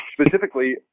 specifically